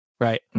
right